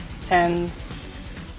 Tens